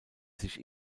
sich